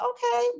Okay